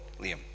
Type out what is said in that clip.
liam